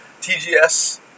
TGS